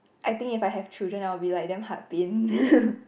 I think if I have children I will be like damn heart pain